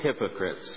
hypocrites